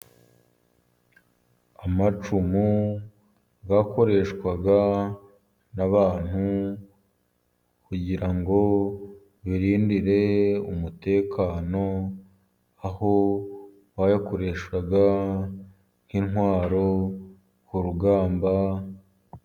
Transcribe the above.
Amacumu yakoreshwaga n'abantu kugira ngo birindire umutekano, aho bayakoreshaga nk'intwaro ku rugamba.